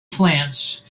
plants